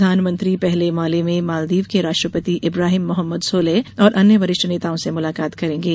प्रधानमंत्री पहले माले में मालदीव के राष्ट्रपति इब्राहिम मोहम्मद सोलेह और अन्य वरिष्ठ नेताओं से मुलाकात करेंगे